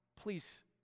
please